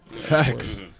Facts